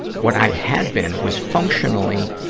what i had been was functionally,